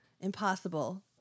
Impossible